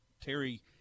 terry